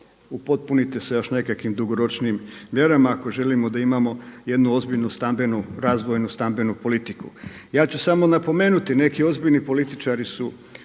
upotpuniti sa još nekakvim dugoročnijim mjerama ako želimo imati jednu ozbiljnu razvojnu stambenu politiku. Ja ću samo napomenuti neki ozbiljni političari su